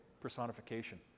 personification